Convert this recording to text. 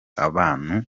abantu